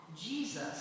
Jesus